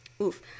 oof